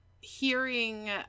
hearing